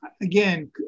again